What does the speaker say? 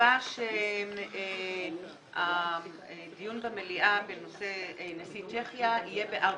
נקבע שהדיון במליאה בנושא נשיא צ'כיה יהיה ב-16:30.